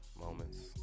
moments